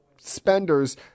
spenders